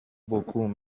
beaucoup